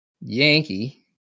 Yankee